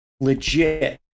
legit